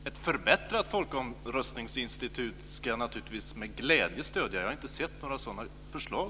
Herr talman! Ett förbättrat folkomröstningsinstitut ska jag naturligtvis med glädje stödja. Jag har dock ännu inte sett några sådana förslag.